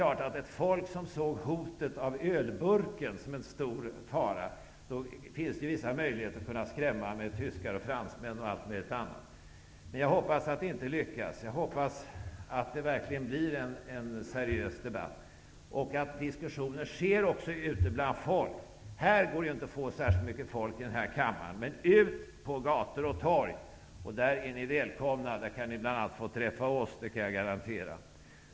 Ett folk, som såg hotet om ölburken som en stor fara, finns det vissa möjligheter att skrämma med tyskar, fransmän och allt möjligt annat. Men jag hoppas att det inte lyckas, utan att det verkligen blir en seriös debatt och att diskussioner också förs ute bland folk. Hit till kammaren går det inte att få särskilt mycket folk, men gå ut på gator och torg. Där är ni välkomna och kan bl.a. få träffa oss Nydemokrater. Det kan jag garantera.